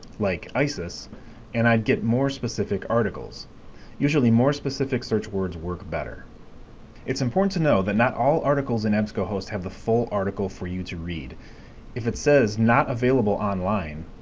like isis and i'd get more specific articles usually more specific search words work better it's important to know that not all articles in ebsco host have the full article for you to read if it says not available online,